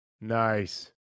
Nice